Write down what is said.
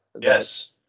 Yes